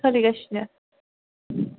सोलिगासिनो